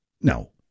No